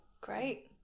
great